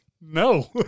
No